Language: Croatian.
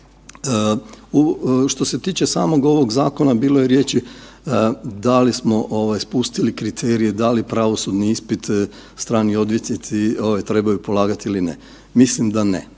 Što se tiče samog ovog zakona, bilo je riječi da li smo spustili kriterije, da li pravosudni ispit strani odvjetnici trebaju polagat ili ne. Mislim da ne,